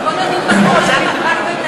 אז בוא נדון בכול, עכשיו,